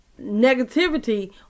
negativity